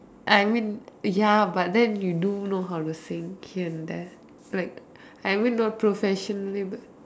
I mean ya but then you do know how to sing here and there like I mean not professionally but